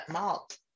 Malt